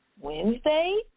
Wednesday